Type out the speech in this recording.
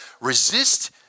Resist